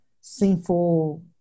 sinful